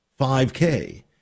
5K